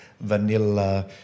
vanilla